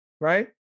right